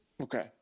Okay